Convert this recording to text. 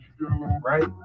Right